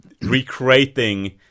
recreating